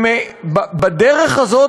בדרך הזאת,